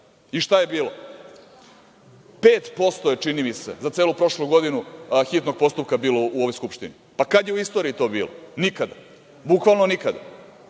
i šta je bilo? Pet posto je, čini mise za celu prošlu godinu hitnog postupka bilo u ovoj Skupštini. Kada je u istoriji to bilo? Nikada. Bukvalno nikada,